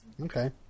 Okay